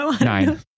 Nine